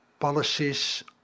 policies